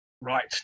Right